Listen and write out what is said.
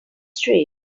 straight